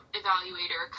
evaluator